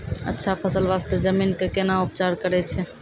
अच्छा फसल बास्ते जमीन कऽ कै ना उपचार करैय छै